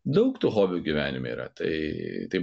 daug tų hobių gyvenime yra tai tai